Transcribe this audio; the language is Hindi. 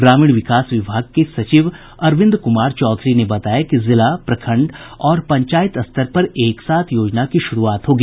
ग्रामीण विकास विभाग के सचिव अरविंद कुमार चौधरी ने बताया कि जिला प्रखंड और पंचायत स्तर पर एक साथ योजना की शुरूआत होगी